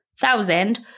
thousand